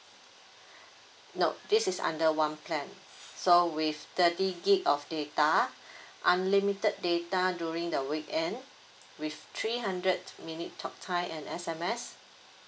no this is under one plan so with thirty gigabyte of data unlimited data during the weekend with three hundred minute talk time and S_M_S